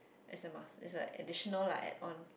is a must is a additional like add on